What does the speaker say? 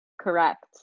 Correct